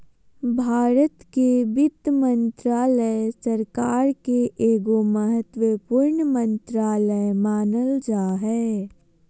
भारत के वित्त मन्त्रालय, सरकार के एगो महत्वपूर्ण मन्त्रालय मानल जा हय